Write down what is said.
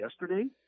yesterday